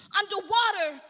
underwater